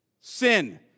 Sin